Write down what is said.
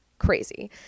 crazy